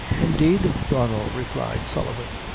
indeed, donnel, replied sullivan,